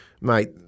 mate